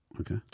okay